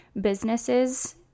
businesses